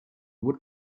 would